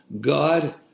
God